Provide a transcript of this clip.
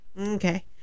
Okay